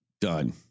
Done